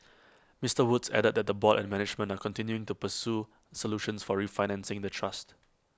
Mister Woods added that the board and management are continuing to pursue solutions for refinancing the trust